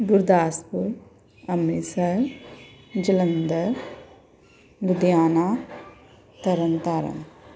Gurdaspur Amritsar Jalandhar Ludhiana Tarn Taran